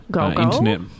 internet